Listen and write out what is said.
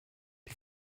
die